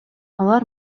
алар